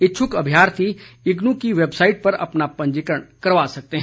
इच्छुक अभियार्थी इग्नू की वैबसाईट पर अपना पंजीकरण करवा सकते हैं